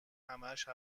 همش